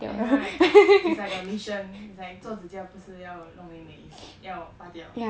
I know right it's like a mission it's like 做指甲不是要弄美美要拔掉